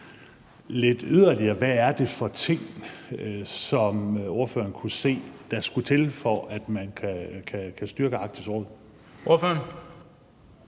lidt yderligere, hvad det er for ting, som ordføreren kunne se der skulle til, for at man kan styrke Arktisk Råd? Kl.